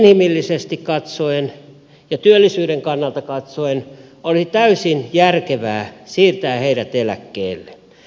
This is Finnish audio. inhimillisesti katsoen ja työllisyyden kannalta katsoen olisi täysin järkevää siirtää heidät eläkkeelle